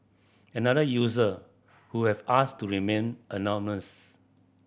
another user who have asked to remain anonymous